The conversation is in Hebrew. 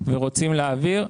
ורוצים להעביר.